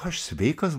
aš sveikas